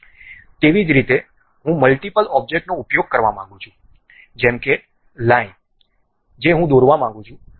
તેવી જ રીતે હું મલ્ટીપલ ઓબ્જેક્ટ નો ઉપયોગ કરવા માંગુ છું જેમકે લાઈન જે હું દોરવા માંગું છું